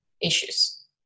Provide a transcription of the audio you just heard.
issues